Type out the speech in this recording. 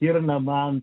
ir na man